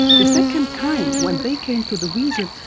the second time when they came to the region,